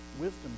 wisdom